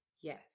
Yes